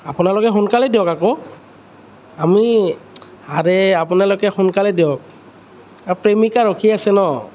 আপোনালোকে সোনকালে দিয়ক আকৌ আমি আৰে আপোনালোকে সোনকালে দিয়ক প্ৰেমিকা ৰখি আছে ন